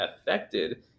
affected